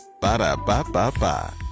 Ba-da-ba-ba-ba